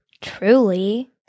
truly